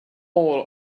all